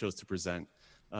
chose to present